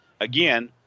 again